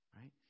Right